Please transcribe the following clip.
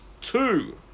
two